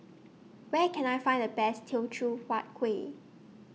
Where Can I Find The Best Teochew Huat Kuih